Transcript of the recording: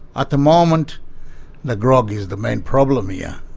at the moment the grog is the main problem here.